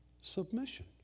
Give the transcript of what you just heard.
submission